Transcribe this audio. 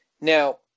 Now